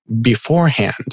beforehand